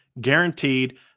guaranteed